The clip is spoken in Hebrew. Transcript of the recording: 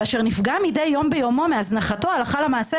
ושם בחרו לכנות אותו, תת-אלוף במילואים,